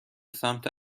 سمت